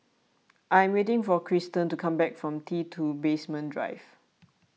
I am waiting for Cristen to come back from T two Basement Drive